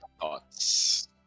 thoughts